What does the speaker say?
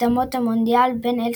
במוקדמות המונדיאל בין אל